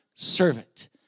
servant